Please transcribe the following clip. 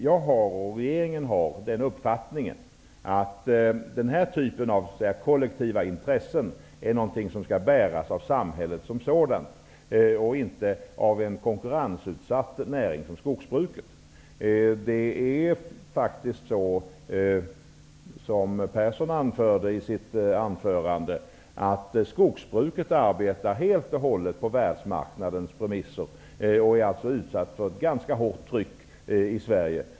Jag och regeringen har den uppfattningen att den här typen av kollektiva intressen är någonting som skall bäras av samhället som sådant och inte av en konkurrensutsatt näring från skogsbruket. Skogsbruket arbetar faktiskt helt och hållet på världsmarknadens premisser, som Carl Olov Persson sade i sitt anförande, och är alltså utsatt för ett ganska hårt tryck i Sverige.